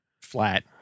flat